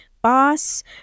boss